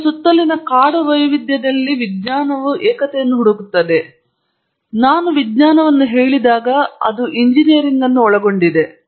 ನಮ್ಮ ಸುತ್ತಲಿನ ಕಾಡು ವೈವಿಧ್ಯದಲ್ಲಿ ವಿಜ್ಞಾನವು ಏಕತೆಯನ್ನು ಹುಡುಕುತ್ತದೆ ನಾನು ವಿಜ್ಞಾನವನ್ನು ಹೇಳಿದಾಗ ಇದು ಎಂಜಿನಿಯರಿಂಗ್ ಅನ್ನು ಒಳಗೊಂಡಿದೆ